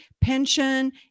pension